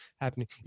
happening